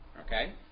okay